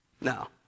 No